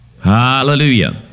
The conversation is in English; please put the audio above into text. Hallelujah